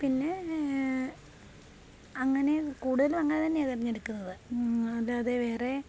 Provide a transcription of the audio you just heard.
പിന്നെ അങ്ങനെ കൂടുതല് അങ്ങനെതന്നെയാ തെരഞ്ഞെടുക്കുന്നത് അല്ലാതെ വേറെ